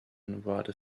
nevada